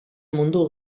mundu